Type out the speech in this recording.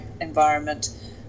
environment